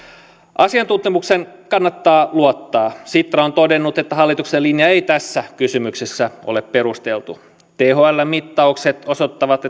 asiantuntemukseen kannattaa luottaa sitra on todennut että hallituksen linja ei tässä kysymyksessä ole perusteltu thln mittaukset osoittavat